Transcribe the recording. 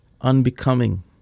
unbecoming